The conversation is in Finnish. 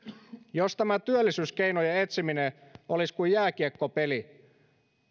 jos tämä työllisyyskeinojen etsiminen olisi kuin jääkiekkopeli